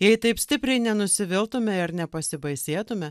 jei taip stipriai nenusiviltume ir nepasibaisėtume